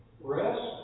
Rest